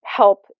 help